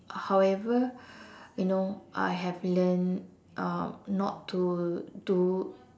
however you know I have learn um not to do